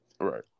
Right